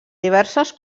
diverses